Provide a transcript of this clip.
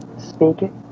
speak it